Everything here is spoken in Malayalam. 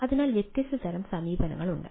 അതിനാൽ വ്യത്യസ്ത തരം സമീപനങ്ങളുണ്ട്